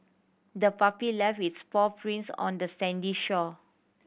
the puppy left its paw prints on the sandy shore